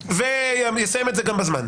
שישה חודשים ויסיים בזמן.